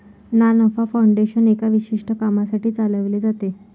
ना नफा फाउंडेशन एका विशिष्ट कामासाठी चालविले जाते